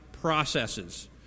processes